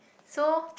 so